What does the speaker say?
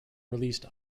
released